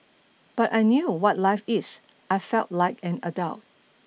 but I knew what life is I felt like an adult